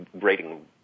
rating